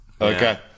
Okay